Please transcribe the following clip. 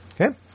Okay